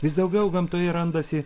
vis daugiau gamtoje randasi